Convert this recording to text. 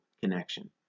connection